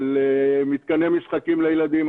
של מתקני משחקים לילדים,